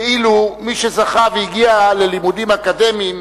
כאילו מי שזכה והגיע ללימודים אקדמיים,